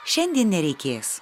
šiandien nereikės